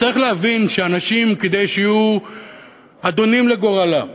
צריך להבין שאנשים, כדי שיהיו אדונים לגורלם,